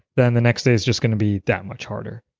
then the next day is just going to be that much harder